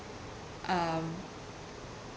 um